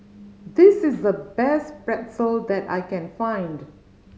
this is the best Pretzel that I can find